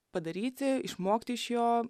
padaryti išmokti iš jo